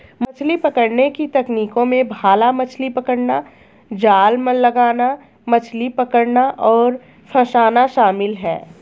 मछली पकड़ने की तकनीकों में भाला मछली पकड़ना, जाल लगाना, मछली पकड़ना और फँसाना शामिल है